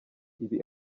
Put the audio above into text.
ibi